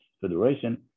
Federation